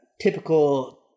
typical